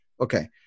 Okay